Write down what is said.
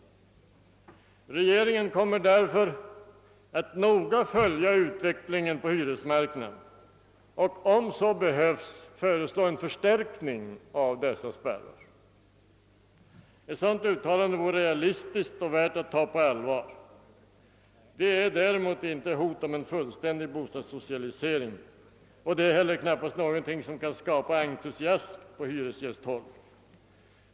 Regeringen kommer därför att noga följa utvecklingen på hyresmarknaden och — om så behövs — föreslå en förstärkning av dessa spärrar. Ett sådant uttalande vore realistiskt och värt att ta på allvar. Det är däremot inte fallet med ett hot om fullständig bostadssocialisering. Ett sådant förfarande kan knappast heller skapa entusiasm på hyresgästhåll.